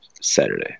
Saturday